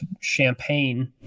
champagne